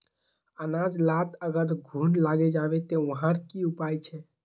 अनाज लात अगर घुन लागे जाबे ते वहार की उपाय छे?